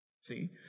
See